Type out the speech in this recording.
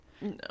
no